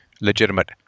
legitimate